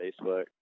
Facebook